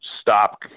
stop